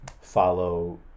follow